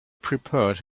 prepared